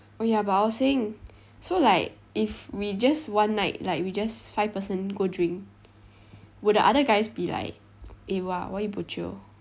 oh ya but I was saying so like if we just want like like we just five person go drink would the other guys be like eh !wah! why you bojio